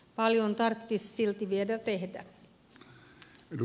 paljon tarttis silti vielä tehdä